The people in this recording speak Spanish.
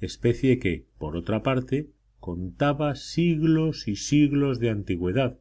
especie que por otra parte contaba siglos y siglos de antigüedad